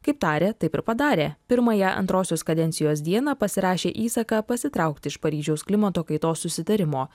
kaip tarė taip ir padarė pirmąją antrosios kadencijos dieną pasirašė įsaką pasitraukti iš paryžiaus klimato kaitos susitarimo